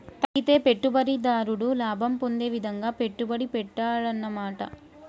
తగ్గితే పెట్టుబడిదారుడు లాభం పొందే విధంగా పెట్టుబడి పెట్టాడన్నమాట